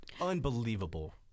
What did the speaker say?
unbelievable